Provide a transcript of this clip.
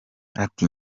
ati